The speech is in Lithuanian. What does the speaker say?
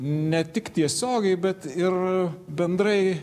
ne tik tiesiogiai bet ir bendrai